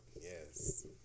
Yes